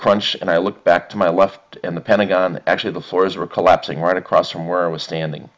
crunch and i looked back to my left and the pentagon actually the floors were collapsing right across from where i was standing